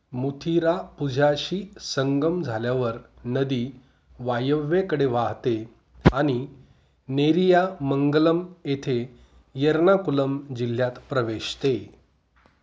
मुथिरापुझाशी संगम झाल्यावर नदी वायव्येकडे वाहते वाहते आणि नेरियामंगलम येथे एर्नाकुलम जिल्ह्यात प्रवेशते